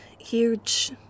huge